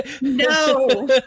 No